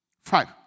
Five